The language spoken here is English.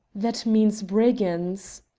that means brigands!